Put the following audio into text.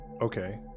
Okay